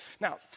Now